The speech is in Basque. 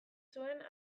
zuen